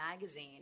magazine